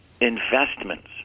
investments